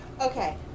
Okay